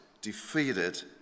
defeated